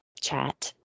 chat